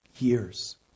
years